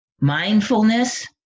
mindfulness